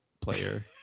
player